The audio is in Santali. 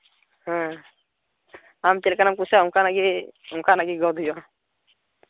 ᱦᱮᱸ ᱟᱢ ᱪᱮᱫᱞᱮᱠᱟᱱᱟᱜᱼᱮᱢ ᱠᱩᱥᱤᱭᱟᱜᱼᱟ ᱚᱱᱠᱟᱱᱟᱜ ᱜᱮ ᱚᱱᱠᱟᱱᱟᱜ ᱜᱮ ᱜᱚᱫᱽ ᱦᱩᱭᱩᱜᱼᱟ